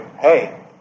Hey